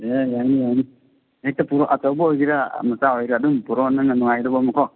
ꯑꯦ ꯌꯥꯅꯤ ꯌꯥꯅꯤ ꯍꯦꯛꯇ ꯄꯨꯔꯛꯑꯣ ꯑꯆꯧꯕ ꯑꯣꯏꯒꯦꯔꯥ ꯃꯆꯥ ꯑꯣꯏꯒꯦꯔꯥ ꯑꯗꯨꯝ ꯄꯣꯔꯛꯑꯣ ꯅꯪꯅ ꯅꯨꯡꯉꯥꯏꯒꯗꯕ ꯑꯃꯀꯣ